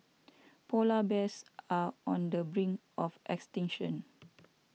Polar Bears are on the brink of extinction